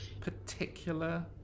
particular